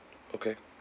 okay